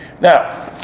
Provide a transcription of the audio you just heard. Now